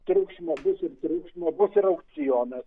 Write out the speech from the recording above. triukšmo bus ir triukšmo bus ir aukcionas